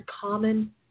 common